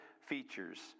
features